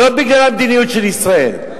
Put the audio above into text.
לא בגלל המדיניות של ישראל.